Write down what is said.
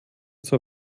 zur